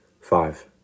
Five